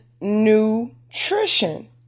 nutrition